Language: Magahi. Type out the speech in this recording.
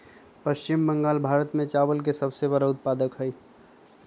पश्चिम बंगाल भारत में चावल के सबसे बड़ा उत्पादक हई